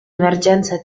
emergenza